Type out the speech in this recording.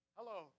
Hello